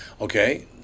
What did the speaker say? Okay